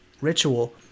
ritual